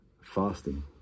fasting